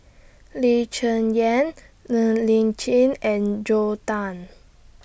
Lee Cheng Yan Ng Li Chin and Joel Tan